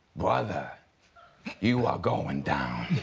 brother you are going down